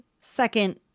second